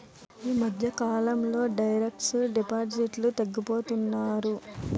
ఈ మధ్యకాలంలో డైరెక్ట్ డిపాజిటర్లు తగ్గిపోతున్నారు